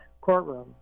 courtroom